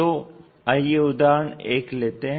तो आइये उदहारण 1 लेते हैं